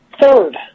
Third